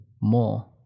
more